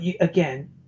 again